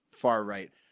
far-right